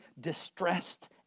distressed